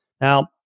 Now